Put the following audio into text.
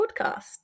podcast